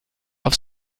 auf